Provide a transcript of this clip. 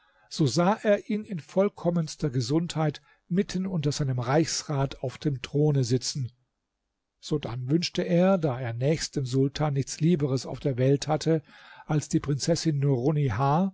so sah er ihn in vollkommenster gesundheit mitten unter seinem reichsrat auf dem throne sitzen sodann wünschte er da er nächst dem sultan nichts lieberes auf der welt hatte als die prinzessin